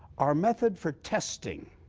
our method for testing